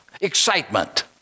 excitement